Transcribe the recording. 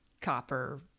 copper